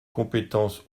compétence